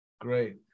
great